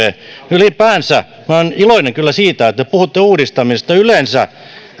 ylipäänsä minä olen iloinen kyllä siitä että te puhutte uudistamisesta yleensä